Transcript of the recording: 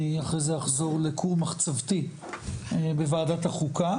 אני אחרי זה אחזור לכור מחצבתי בוועדת החוקה,